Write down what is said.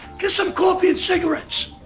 get some coffee and cigarettes!